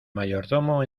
mayordomo